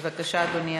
ומלוטשים,